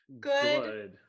Good